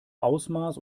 ausmaß